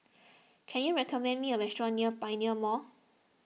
can you recommend me a restaurant near Pioneer Mall